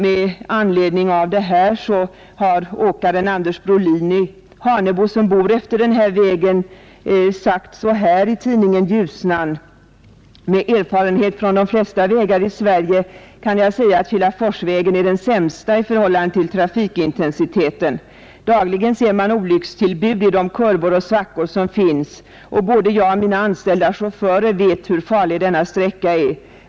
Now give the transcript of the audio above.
Med anledning av de upprepade olyckorna har åkaren Brolin i Hanebo, som bor vid den här vägen, uttalat följande i tidningen Ljusnan: ”Med erfarenhet från de flesta vägar i Sverige kan jag säga att Kilaforsvägen är den sämsta i förhållande till trafikintensiteten. Dagligen ser man olyckstillbud i de kurvor och svackor som finns, och både jag och mina anställda chaufförer vet hur farlig denna sträcka är.